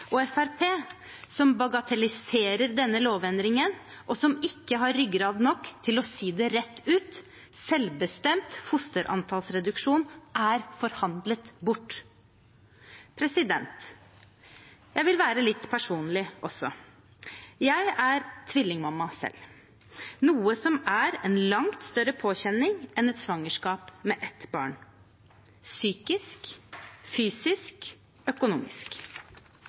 og Fremskrittspartiet, som bagatelliserer denne lovendringen, og som ikke har ryggrad nok til å si det rett ut: Selvbestemt fosterantallsreduksjon er forhandlet bort. Jeg vil være litt personlig også. Jeg er tvillingmamma selv, noe som er en langt større påkjenning enn et svangerskap med ett barn – psykisk, fysisk og økonomisk.